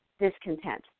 discontent